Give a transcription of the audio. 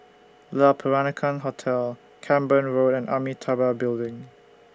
Le Peranakan Hotel Camborne Road and Amitabha Building